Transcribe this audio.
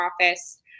office